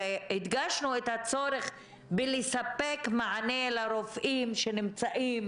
והדגשנו את הצורך לספק מענה לרופאים שנמצאים